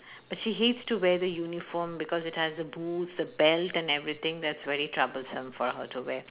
but she hates to wear the uniform because it has the boots the belt and everything that's very troublesome for her to wear